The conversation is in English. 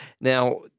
Now